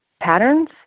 patterns